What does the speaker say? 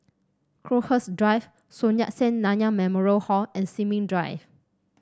Crowhurst Drive Sun Yat Sen Nanyang Memorial Hall and Sin Ming Drive